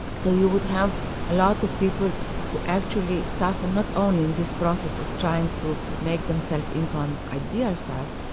so you would have a lot of people who actually suffer not only in this process of trying to make themselves into an ideal self,